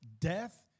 death